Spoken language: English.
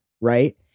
right